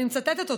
ואני מצטטת אותו.